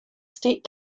state